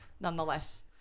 nonetheless